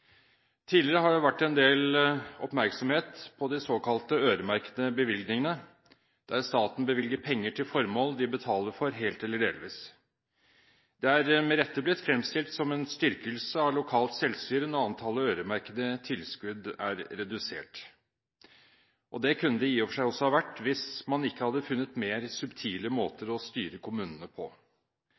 Tidligere har det vært en del oppmerksomhet rundt de såkalte øremerkede bevilgningene, der staten bevilger penger til formål de betaler for helt eller delvis. Det er med rette blitt fremstilt som en styrkelse av lokalt selvstyre når antallet øremerkede tilskudd er redusert. Og det kunne det i og for seg også ha vært, hvis man ikke hadde funnet mer subtile måter å styre kommunene på.